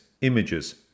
images